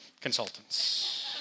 Consultants